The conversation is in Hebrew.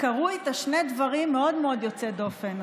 קרו איתה שני דברים מאוד מאוד יוצאי דופן,